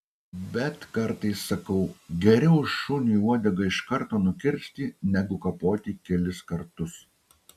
bet kartais sakau geriau šuniui uodegą iš karto nukirsti negu kapoti kelis kartus